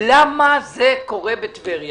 למה זה קורה בטבריה.